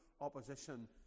opposition